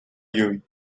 you